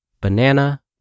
banana